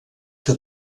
que